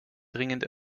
dringend